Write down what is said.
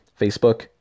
Facebook